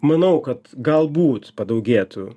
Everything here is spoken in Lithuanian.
manau kad galbūt padaugėtų